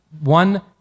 one